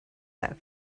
let